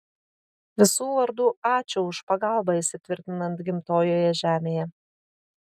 visų vardu ačiū už pagalbą įsitvirtinant gimtojoje žemėje